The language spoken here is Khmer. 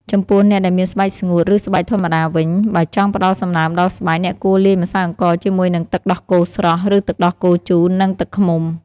ចំពោះ អ្នកដែលមានស្បែកស្ងួត ឬស្បែកធម្មតាវិញ បើចង់ផ្ដល់សំណើមដល់ស្បែក អ្នកគួរលាយម្សៅអង្ករជាមួយនឹងទឹកដោះគោស្រស់ ឬទឹកដោះគោជូរ និងទឹកឃ្មុំ។